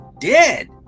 dead